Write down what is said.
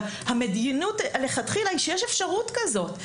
אבל המדיניות מלכתחילה היא שיש אפשרות כזאת,